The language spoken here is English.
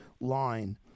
line